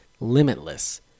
limitless